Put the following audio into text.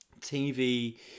TV